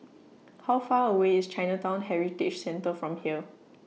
How Far away IS Chinatown Heritage Centre from here